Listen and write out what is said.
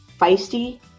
feisty